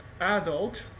adult